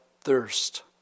thirst